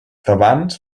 tebans